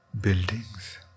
Buildings